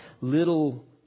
little